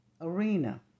arena